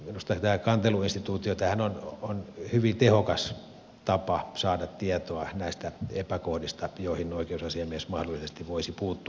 minusta tämä kanteluinstituutio tämähän on hyvin tehokas tapa saada tietoa näistä epäkohdista joihin oikeusasiamies mahdollisesti voisi puuttua